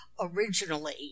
originally